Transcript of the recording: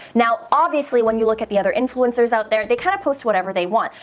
now obviously when you look at the other influencers out there, they kind of post whatever they want,